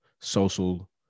social